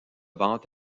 vente